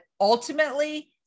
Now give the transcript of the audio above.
ultimately